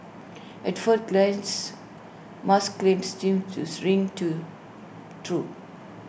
at first glance Musk's claims seems tooth ring to true